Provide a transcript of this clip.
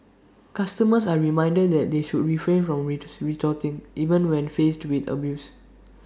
customers are reminded that they should refrain from retort retorting even when faced with abuse